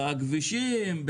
בכבישים,